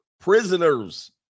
prisoners